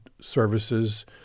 services